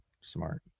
Smart